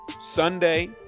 sunday